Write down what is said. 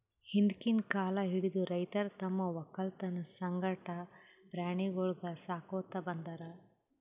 ಹಿಂದ್ಕಿನ್ ಕಾಲ್ ಹಿಡದು ರೈತರ್ ತಮ್ಮ್ ವಕ್ಕಲತನ್ ಸಂಗಟ ಪ್ರಾಣಿಗೊಳಿಗ್ ಸಾಕೋತ್ ಬಂದಾರ್